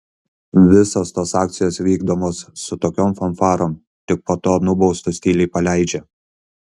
visos tos akcijos vykdomos su tokiom fanfarom tik po to nubaustus tyliai paleidžia